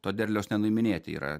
to derliaus nenuiminėti yra